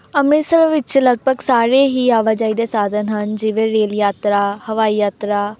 ਅੰਮ੍ਰਿਤਸਰ ਵਿੱਚ ਲਗਭਗ ਸਾਰੇ ਹੀ ਆਵਾਜਾਈ ਦੇ ਸਾਧਨ ਹਨ ਜਿਵੇਂ ਰੇਲ ਯਾਤਰਾ ਹਵਾਈ ਯਾਤਰਾ